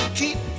keep